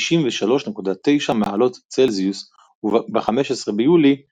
93.9 מעלות צלזיוס ב-15 ביולי 1917.